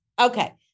Okay